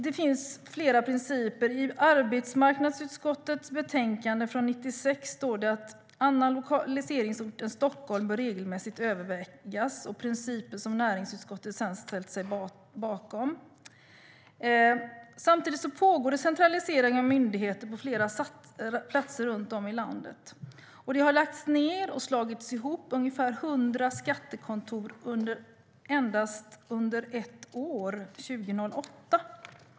Det finns flera principer. I arbetsmarknadsutskottets betänkande från 1996 står det att annan lokaliseringsort än Stockholm regelmässigt bör övervägas. Det är principer som näringsutskottet sedan har ställt sig bakom. Samtidigt pågår det centralisering av myndigheter på flera platser runt om i landet. Det har lagts ned och slagits ihop ungefär hundra skattekontor bara under ett år, år 2008.